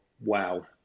wow